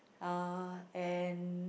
uh and